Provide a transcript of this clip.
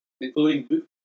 including